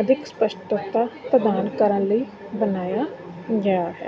ਅਧਿਕ ਸਪਸ਼ਟਤਾ ਪ੍ਰਦਾਨ ਕਰਨ ਲਈ ਬਣਾਇਆ ਗਿਆ ਹੈ